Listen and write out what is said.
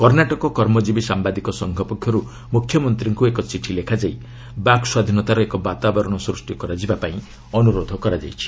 କର୍ଷାଟକ କର୍ମଜୀବୀ ସାମ୍ଭାଦିକ ସଂଘ ପକ୍ଷରୁ ମୁଖ୍ୟମନ୍ତ୍ରୀଙ୍କୁ ଏକ ଚିଠି ଲେଖାଯାଇ ବାକ୍ ସ୍ୱାଧୀନତାର ଏକ ବାତାବରଣ ସୃଷ୍ଟି କରାଯିବାକୁ ଅନୁରୋଧ କରାଯାଇଛି